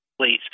please